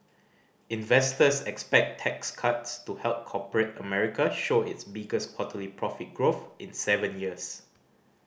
investors expect tax cuts to help corporate America show its biggest quarterly profit growth in seven years